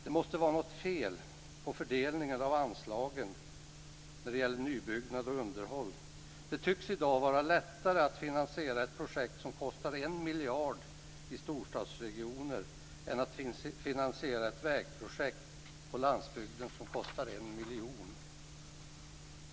Det måste vara något fel på fördelningen av anslagen när det gäller nybyggnad och underhåll. Det tycks i dag vara lättare att finansiera ett projekt som kostar 1 miljard i storstadsregioner än att finansiera ett vägprojekt på landsbygden som kostar 1 miljon.